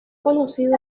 conocido